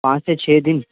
پانچ سے چھ دن